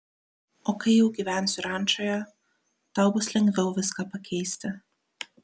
o kai jau gyvensiu rančoje tau bus lengviau viską pakeisti